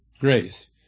grace